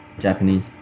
Japanese